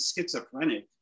schizophrenic